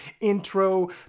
intro